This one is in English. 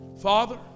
Father